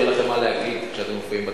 שיהיה לכם מה להגיד כשאתם מופיעים בתקשורת,